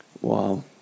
wow